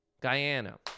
Guyana